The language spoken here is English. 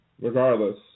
regardless